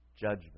judgment